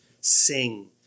Sing